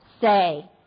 Say